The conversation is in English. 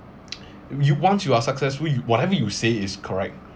you once you are successful you whatever you say is correct